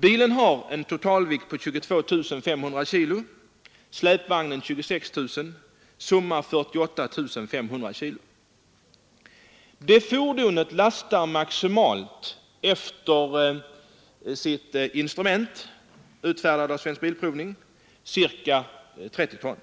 Bilen har en totalvikt på 22 500 kg, släpvagnen en på 26 000 kg, summa 48 500 kg. Detta fordon lastar maximalt efter sitt instrument, utfärdat av Svensk bilprovning, ca 30 ton,